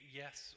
yes